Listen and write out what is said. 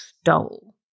stole